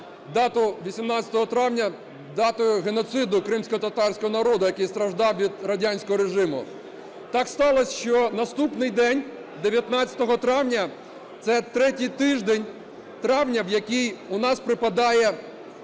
дату 18 травня датою геноциду кримськотатарського народу, який страждав від радянського режиму. Так сталось, що наступний день, 19 травня, – це третій тиждень травня, в який у нас припадає